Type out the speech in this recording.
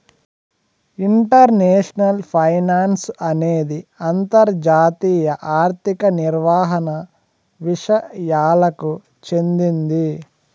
international finance అనేది అంతర్జాతీయ ఆర్థిక నిర్వహణ విసయాలకు చెందింది